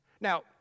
Now